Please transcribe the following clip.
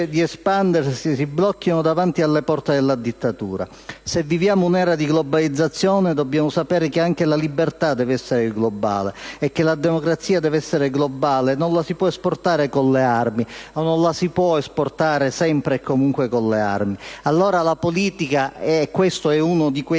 di espandersi, si blocchino davanti alle porte della dittatura. Se viviamo un'era di globalizzazione, dobbiamo sapere che anche la libertà deve essere globale, e che la democrazia deve essere globale, ma non la si può esportare, sempre e comunque, con le armi. Allora la politica, e questo è uno di quei